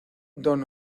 don